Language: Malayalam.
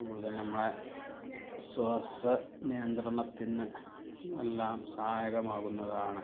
കൂടുതൽ നമ്മളുടെ ശ്വാസ നിയന്ത്രണത്തിന് എല്ലാം സഹായകമാകുന്നതാണ്